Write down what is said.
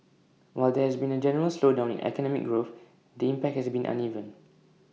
while there has been A general slowdown in economic growth the impact has been uneven